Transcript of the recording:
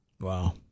Wow